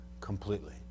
completely